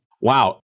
Wow